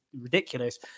ridiculous